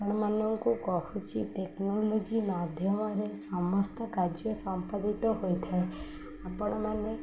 ଆପଣମାନଙ୍କୁ କହୁଛିି ଟେକ୍ନୋଲୋଜି ମାଧ୍ୟମରେ ସମସ୍ତ କାର୍ଯ୍ୟ ସମ୍ପାଦିତ ହୋଇଥାଏ ଆପଣମାନେ